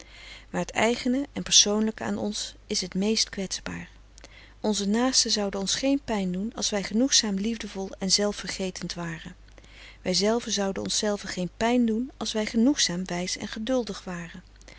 maar het eigene en persoonlijke aan ons is het meest kwetsbaar onze naasten zouden ons geen pijn doen als wij genoegzaam liefdevol en zelfvergetend waren wij zelve zouden onszelve geen pijn doen als wij genoegzaam wijs en geduldig waren